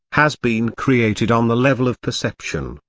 has been created on the level of perception.